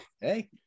Hey